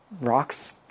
rocks